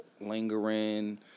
lingering